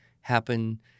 happen